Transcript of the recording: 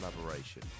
collaboration